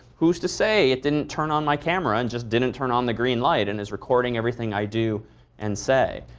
who's to say it didn't turn on my camera and just didn't turn on the green light and is recording everything i do and say?